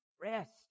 rest